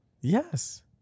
Yes